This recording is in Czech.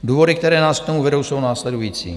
Důvody, které nás k tomu vedou, jsou následující.